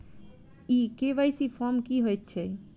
ई KYC form की हएत छै?